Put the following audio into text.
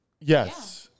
Yes